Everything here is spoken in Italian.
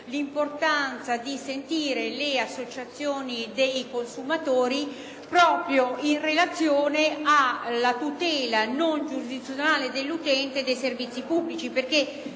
l'importanza di sentire le associazioni dei consumatori proprio in relazione alla tutela non giurisdizionale dell'utente dei servizi pubblici.